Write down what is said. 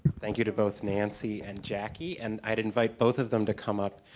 thank you to both nancy and jackie. and i'd invite both of them to come up.